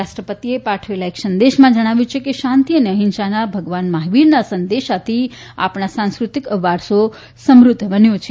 રાષ્ટ્રપતિએ પાઠવેલી એક સંદેશામાં જજ્ઞાવ્યું છે કે શાંતિ અને અહિંસાના ભગવાન મહાવીરના સંદેશાથી આપણા સાંસ્ક્રતિક વારસો સમૃદ્ધ બન્યો છે